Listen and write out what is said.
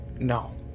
no